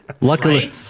Luckily